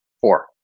Four